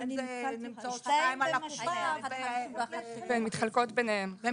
נמצאות שתיים על הקופה והן מתחלקות ביניהן ב